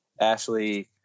Ashley